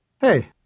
Hey